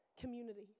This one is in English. Community